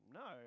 no